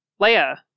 Leia